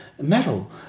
metal